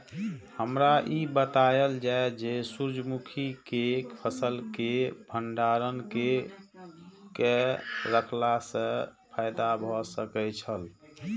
हमरा ई बतायल जाए जे सूर्य मुखी केय फसल केय भंडारण केय के रखला सं फायदा भ सकेय छल?